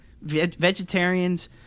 vegetarians